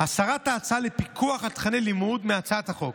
הסרת ההצעה לפיקוח על תוכני לימוד מהצעת החוק,